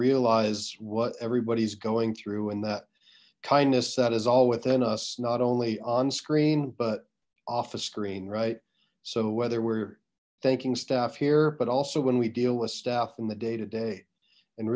realize what everybody's going through and that kindness that is all within us not only on screen but off the screen right so whether we're thanking staff here but also when we deal with staff in the day to day and